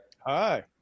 Hi